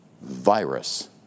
virus